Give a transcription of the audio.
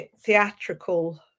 theatrical